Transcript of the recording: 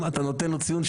אתה צודק.